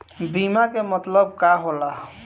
बीमा के मतलब का होला?